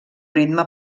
ritme